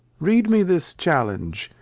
read me this challenge,